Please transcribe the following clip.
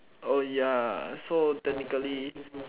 oh ya so technically